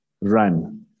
Run